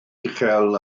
uchel